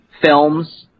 films